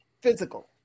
physical